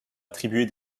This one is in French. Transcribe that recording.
attribuer